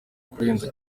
kurenza